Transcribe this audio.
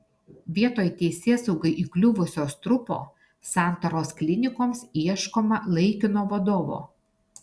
vietoj teisėsaugai įkliuvusio strupo santaros klinikoms ieškoma laikino vadovo